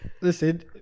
listen